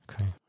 Okay